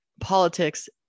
politics